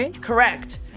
Correct